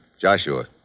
Joshua